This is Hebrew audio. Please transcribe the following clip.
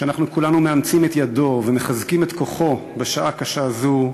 שאנחנו כולנו מאמצים את ידו ומחזקים את כוחו בשעה קשה זו,